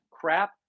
crap